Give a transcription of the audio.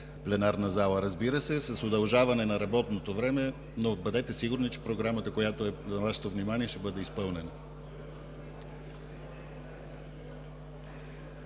пленарна зала, разбира се, с удължаване на работното време. Но бъдете сигурни, че Програмата, която е на Вашето внимание, ще бъде изпълнена.